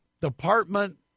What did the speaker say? Department